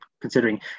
considering